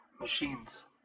Machines